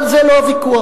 אבל זה לא הוויכוח.